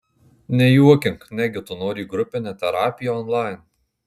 nejuokink negi tu nori į grupinę terapiją onlain